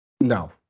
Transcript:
No